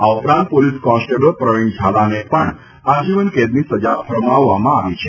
આ ઉપરાંત police constable Pravin ઝાલાને પણ આજીવન કેદની સજા ફરમાવવામાં આવી છે